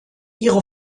ihre